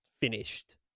finished